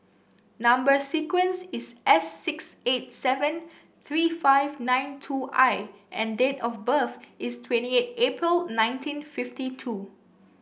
number sequence is S six eight seven three five nine two I and date of birth is twenty eight April nineteen fifty two